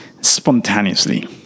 spontaneously